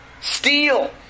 steal